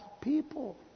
people